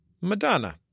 Madonna